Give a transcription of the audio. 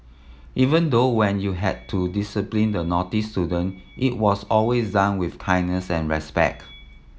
even though when you had to discipline the naughty student it was always done with kindness and respect